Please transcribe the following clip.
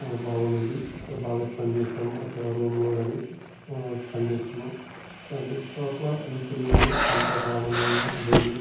బాగుండింది బాగా స్పెండ్ చేశాము అక్కడ రూమ్లో కానీ స్పెండ్ చేసాను చ అనేక చోట్ల తిరిగినాను అంత ఆనందంగా లేదు